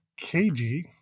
KG